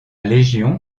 légion